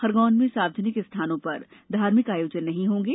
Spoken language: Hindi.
खरगौन में सार्वजनिक स्थानों पर धार्मिक आयोजन नहीं होंगे